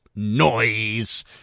Noise